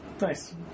Nice